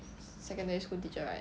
secondary school teacher right